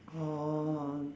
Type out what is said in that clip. orh